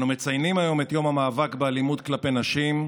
אנו מציינים היום את יום המאבק באלימות כלפי נשים,